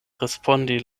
respondi